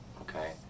Okay